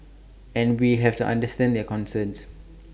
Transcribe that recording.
and we have to understand their concerns